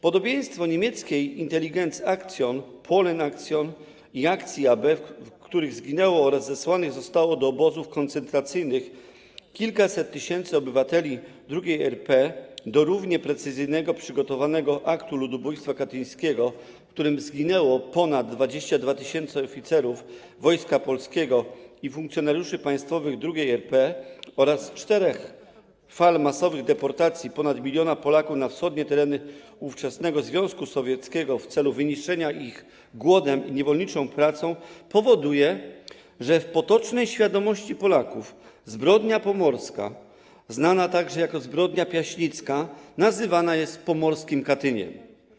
Podobieństwo niemieckich Intelligenzaktion, Polenaktion, i akcji AB, w których zginęło oraz zesłanych zostało do obozów koncentracyjnych kilkaset tysięcy obywateli II RP, do równie precyzyjnie przygotowanego aktu ludobójstwa katyńskiego, w którym zginęło ponad 22 tys. oficerów Wojska Polskiego i funkcjonariuszy państwowych II RP, oraz czterech fal masowych deportacji ponad miliona Polaków na wschodnie tereny ówczesnego Związku Sowieckiego w celu wyniszczenia ich głodem i niewolniczą pracą, powoduje, że w potocznej świadomości Polaków zbrodnia pomorska, znana także jako zbrodnia piaśnicka, nazywana jest pomorskim Katyniem.